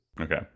Okay